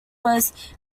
was